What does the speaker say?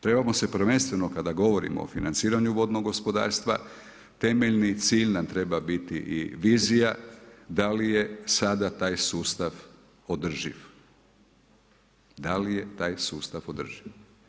Trebamo se prvenstveno kada govorimo o financiranju vodnog gospodarstva temeljni cilj nam treba biti i vizija da li je sada taj sustav održiv, da li je taj sustav održiv.